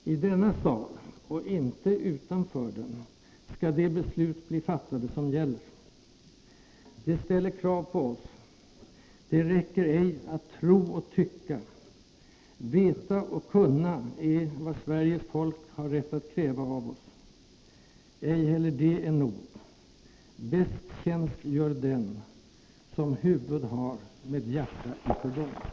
I denna sal — och inte utanför den! — skall de beslut bli fattade, som gäller. Det ställer krav på oss. Det räcker ej att tro och tycka. Veta och kunna är vad Sveriges folk har rätt att kräva av oss. Ej heller det är nog. Bäst tjänst gör den ”som huvud har med hjärta i förbund”.